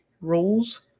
roles